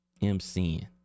MCing